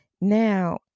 now